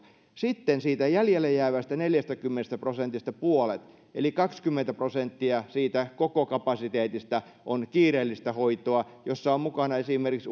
sitten siitä jäljelle jäävästä neljästäkymmenestä prosentista puolet eli kaksikymmentä prosenttia siitä koko kapasiteetista on kiireellistä hoitoa jossa ovat mukana esimerkiksi